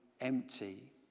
empty